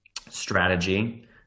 strategy